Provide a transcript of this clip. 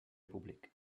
públic